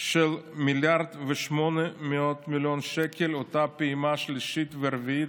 של 1.8 מיליארד שקלים, אותה פעימה שלישית ורביעית